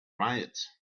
riot